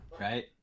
right